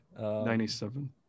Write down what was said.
97